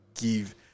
give